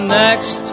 next